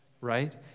right